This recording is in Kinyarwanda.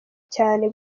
cyane